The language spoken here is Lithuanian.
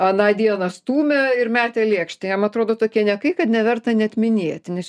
aną dieną stūmė ir metė lėkštę jam atrodo tokie niekai kad neverta net minėti nes